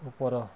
ଉପର